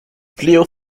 flew